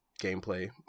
gameplay